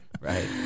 Right